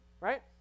Right